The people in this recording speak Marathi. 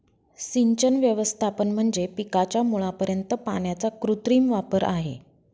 सिंचन व्यवस्थापन म्हणजे पिकाच्या मुळापर्यंत पाण्याचा कृत्रिम वापर आहे